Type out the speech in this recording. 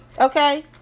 Okay